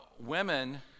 women